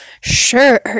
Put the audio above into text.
sure